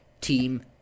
team